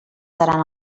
seran